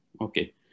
Okay